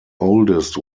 oldest